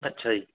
ਅੱਛਾ ਜੀ